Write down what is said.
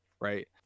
right